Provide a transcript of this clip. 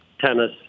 tennis